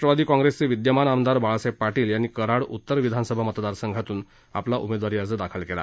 राष्ट्रवादी काँग्रेसचे विद्यमान आमदार बाळासाहेब पाटील यांनी कराड उतर विधानसभा मतदात संघातून आज उमेदवारी अर्ज दाखल केला